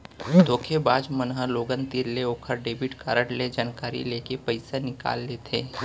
धोखेबाज बाज मन लोगन तीर ले ओकर डेबिट कारड ले जानकारी लेके पइसा निकाल लेथें